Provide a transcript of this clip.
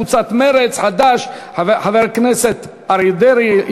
חברי הכנסת זהבה גלאון,